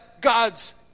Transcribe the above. God's